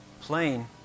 plane